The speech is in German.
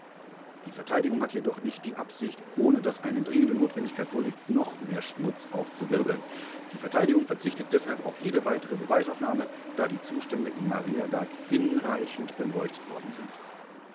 die verteidigung hat jedoch nicht die absicht ohne daß eine dringende notwendigkeit vorliegt noch mehr schmutz aufzuwirbeln die verteidigung verzichtet deshalb auf jede weitere beweisaufnahme da die zustände in mariaberg hinreichend beleuchtet worden sind